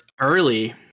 early